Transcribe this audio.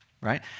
Right